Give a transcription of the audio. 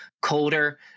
colder